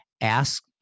ask